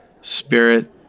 spirit